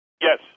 Yes